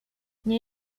nie